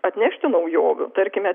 atnešti naujovių tarkime